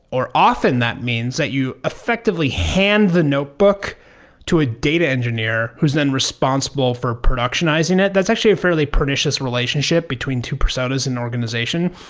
or often that means that you effectively hand the notebook to a data engineer who's then responsible for productionizing it. that's actually a fairly pernicious relationship between two personas in an organization,